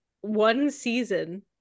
one-season